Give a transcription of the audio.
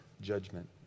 judgment